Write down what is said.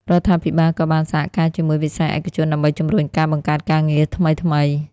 រដ្ឋាភិបាលក៏បានសហការជាមួយវិស័យឯកជនដើម្បីជំរុញការបង្កើតការងារថ្មីៗ។